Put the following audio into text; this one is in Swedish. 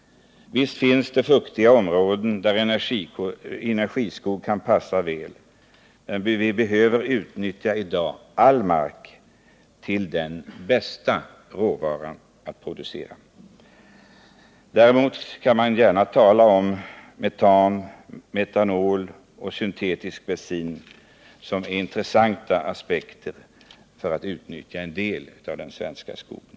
Visst finns det fuktiga områden, där energiskog kan passa utmärkt väl, men vi behöver i dag utnyttja all mark till den bästa råvara som det går att producera. Däremot kan man gärna tala om framställning av metan, metanol och syntetisk bensin som intressanta aspekter på frågan om att utnyttja en del av råvarorna ur den svenska skogen.